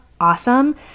awesome